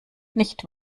nicht